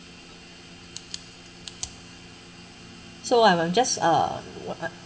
so I'm I'm just uh